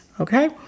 Okay